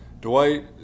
Dwight